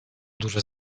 duże